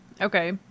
okay